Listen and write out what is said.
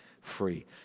free